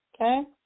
Okay